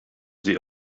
sie